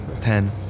Ten